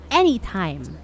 anytime